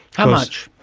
how much?